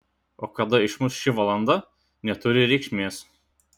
o kada išmuš ši valanda neturi reikšmės